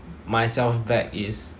myself back is